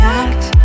act